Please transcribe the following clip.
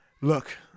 look